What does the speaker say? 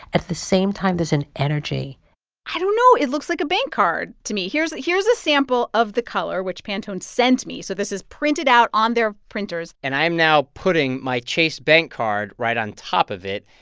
at the same time, there's an energy i don't know. it looks like a bank card to me. here's here's a sample of the color, which pantone sent me. so this is printed out on their printers and i am now putting my chase bank card right on top of it.